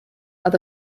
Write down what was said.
are